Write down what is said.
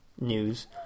news